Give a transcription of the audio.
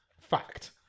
Fact